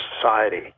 society